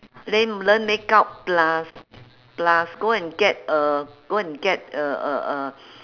lame learn makeup plus plus go and get uh go and get uh uh uh